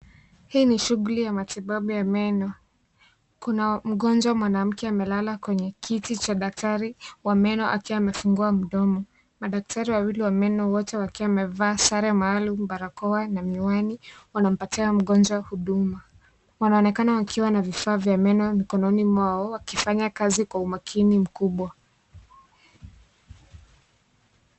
Hii ni shughuli ya matibabu ya meno. Kuna mgonjwa mwanamke amelala kwenye kiti cha daktari wa meno akiwa amefungua mdomo. Madaktari wawili wa meno wote wakiwa wamevaa sare maalumu, barakoa na miwani wanampatia mgonjwa huduma. Wanaonekana wakiwa na vifaa vya meno ya mikononi mwao wakifanya kazi kwa umakini mkubwa